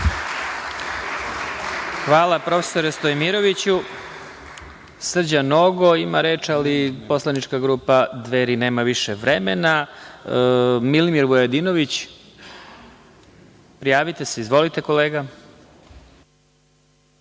Hvala profesore Stojimiroviću. Srđan Nogo ima reč, ali poslanička grupa Dveri nema više vremena. Milimir Vujadinović, prijavite se, izvolite kolega.